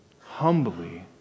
humbly